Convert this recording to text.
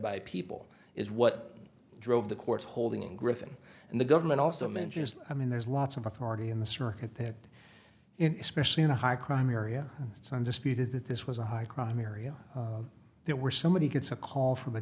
by people is what drove the court's holding in griffin and the government also mentioned i mean there's lots of authority in the circuit that especially in a high crime area it's undisputed that this was a high crime area there were somebody gets a call from a